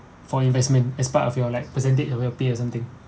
for investment as part of your like percentage you will pay or something